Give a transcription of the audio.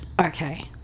Okay